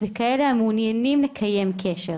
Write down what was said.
וכאלה המעוניינים לקיים קשר,